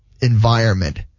environment